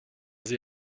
sie